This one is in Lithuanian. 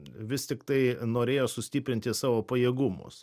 vis tiktai norėjo sustiprinti savo pajėgumus